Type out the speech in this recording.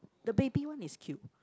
the baby one is cute